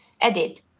edit